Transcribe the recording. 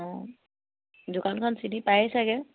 অঁ দোকানখন চিনি পায়েই চাগে